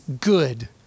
good